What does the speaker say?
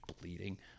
bleeding